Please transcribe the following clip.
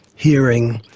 hearing,